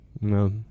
No